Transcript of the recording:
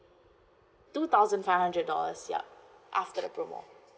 two thousand five hundred dollars yup after the promo